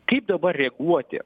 kaip dabar reaguoti